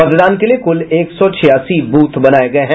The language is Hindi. मतदान के लिए कुल एक सौ छियासी ब्रथ बनाये गये हैं